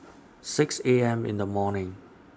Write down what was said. six A M in The morning